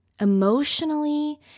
emotionally